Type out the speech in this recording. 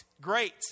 Great